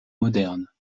modernes